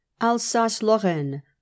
Alsace-Lorraine